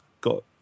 got